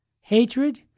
hatred